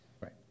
Right